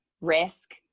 risk